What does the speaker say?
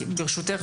ברשותך,